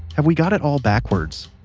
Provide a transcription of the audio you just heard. have we got it all backwards?